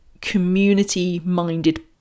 community-minded